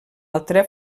altra